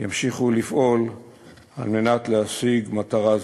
ימשיכו לפעול להשיג מטרה זו.